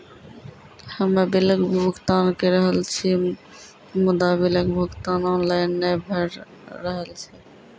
हम्मे बिलक भुगतान के रहल छी मुदा, बिलक भुगतान ऑनलाइन नै भऽ रहल छै?